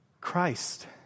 Christ